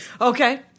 Okay